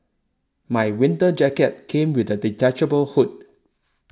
my winter jacket came with a detachable hood